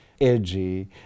edgy